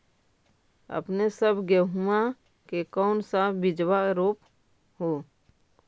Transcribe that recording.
अपने सब गेहुमा के कौन सा बिजबा रोप हू?